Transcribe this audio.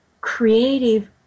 creative